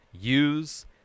use